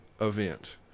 event